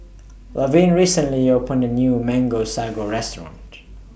Laverne recently opened A New Mango Sago Restaurant